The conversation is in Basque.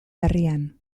berrian